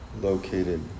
located